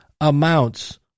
amounts